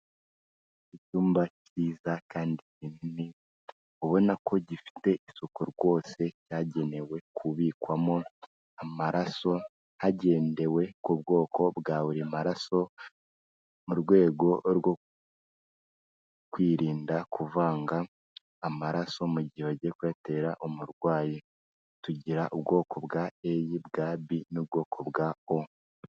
Icyumba cyiza kandi kinini, ubona ko gifite isuku rwose cyagenewe kubikwamo amaraso hagendewe ku bwoko bwa buri maraso mu rwego rwo kwirinda kuvanga amaraso mu gihe bagiye kuyatera umurwayi. Tugira ubwoko bwa A, ubwa B n'ubwoko bwa O.